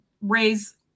raise